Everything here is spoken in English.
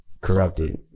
corrupted